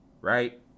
right